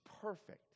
perfect